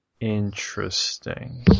Interesting